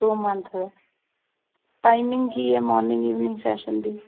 to month timing ਕੀ ਹੈ morning evening session ਦੀ